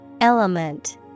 Element